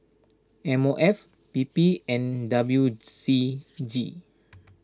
M O F P P and W C G